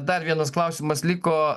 dar vienas klausimas liko ach